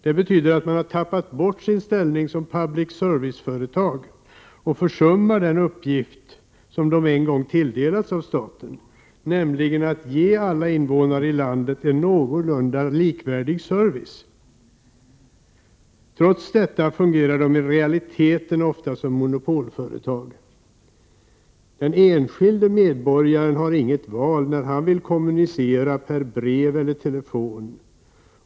Det betyder att de har tappat bort sin ställning som public service-företag och försummar den uppgift som de en gång tilldelats av staten, nämligen att ge alla invånare i landet en någorlunda likvärdig service. Trots detta fungerar de i realiteten ofta som monopolföretag. Den enskilde medborgaren har inget val när han vill kommunicera per brev eller telefon.